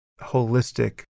holistic